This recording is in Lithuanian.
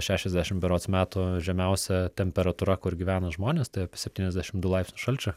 šešiasdešimt berods metų žemiausia temperatūra kur gyvena žmonės tai apie septyniasdešimt du laipsnius šalčio